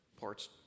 parts